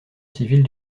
civile